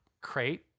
crate